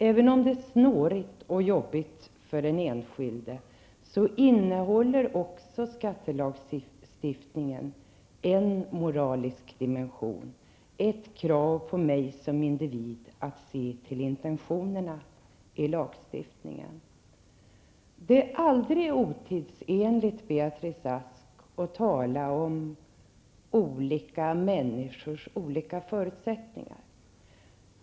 Även om det är snårigt och jobbigt för den enskilde innehåller också skattelagstiftningen en moralisk dimension, ett krav på mig som individ att se till intentionerna i lagstiftningen. Det är aldrig otidsenligt, Beatrice Ask, att tala om olika människors olika förutsättningar.